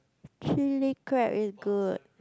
chilli crab is good